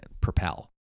propel